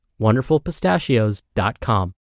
wonderfulpistachios.com